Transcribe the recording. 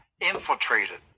infiltrated